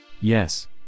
Yes